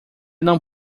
não